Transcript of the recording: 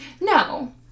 No